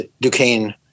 Duquesne